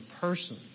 person